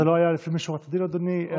לא, זה לא היה לפנים משורת הדין, אדוני.